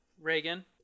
Reagan